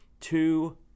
two